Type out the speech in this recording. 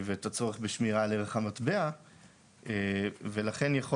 ואת הצורך בשמירה על ערך המטבע ולכן יכול